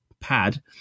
pad